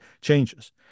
changes